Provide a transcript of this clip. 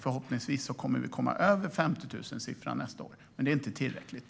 Förhoppningsvis kommer vi att komma över 50 000 nästa år. Men det är inte tillräckligt.